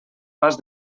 pas